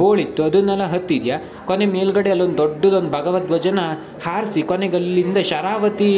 ಬೋಳ ಇತ್ತು ಅದನ್ನೆಲ್ಲ ಹತ್ತಿದ್ಯ ಕೊನೆಗೆ ಮೇಲುಗಡೆ ಅಲ್ಲೊಂದು ದೊಡ್ಡದೊಂದು ಭಗವಧ್ವಜಾನ್ನ ಹಾರಿಸಿ ಕೊನೆಗೆ ಅಲ್ಲಿಂದ ಶರಾವತಿ